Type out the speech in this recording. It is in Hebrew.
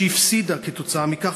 שהפסידה כתוצאה מכך,